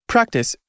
Practice